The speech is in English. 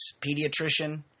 pediatrician